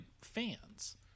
fans